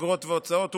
אגרות והוצאות,